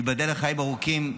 תיבדל לחיים ארוכים,